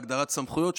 הגדרת סמכויות,